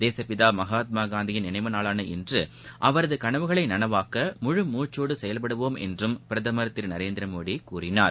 தேசப்பிதா மகாத்மாகாந்தியின் நினைவு நாளான இன்று அவரது கனவுகளை நனவாக்க முழுமுச்சோடு செயல்படுவோம் என்றம் பிரதமர் திரு நரேந்திரமோடி கூறினார்